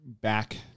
back